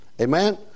Amen